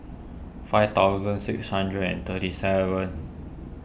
five thousand six hundred and thirty seven